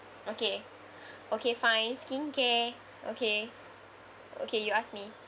okay okay fine skincare okay okay you ask me